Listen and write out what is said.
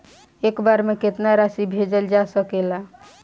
एक बार में केतना राशि भेजल जा सकेला?